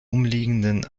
umliegenden